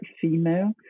female